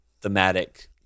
thematic